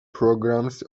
programs